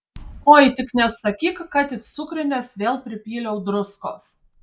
oi tik nesakyk kad į cukrines vėl pripyliau druskos